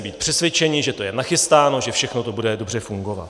Měli jsme být přesvědčeni, že to je nachystáno, že všechno to bude dobře fungovat.